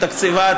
מתקציבה,